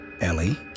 Ellie